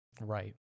right